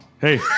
Hey